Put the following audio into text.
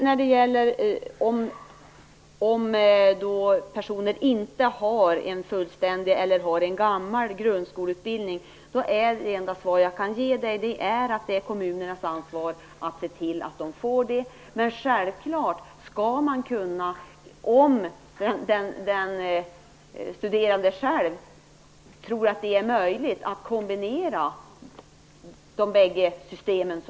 När det sedan gäller personer som inte har en fullständig grundskoleutbildning eller som har en gammal sådan är det enda svar som jag kan ge att det är kommunernas ansvar att se till att de får den. Men självklart skall man kunna, om den studerande själv tror att det är möjligt, kombinera de bägge systemen.